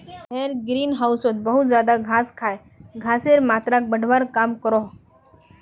भेड़ ग्रीन होउसोत बहुत ज्यादा घास खाए गसेर मात्राक बढ़वार काम क्रोह